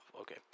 okay